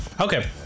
Okay